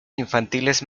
infantiles